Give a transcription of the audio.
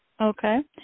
Okay